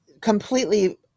completely